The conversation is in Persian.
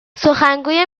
سخنگوی